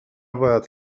باید